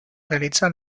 realitzar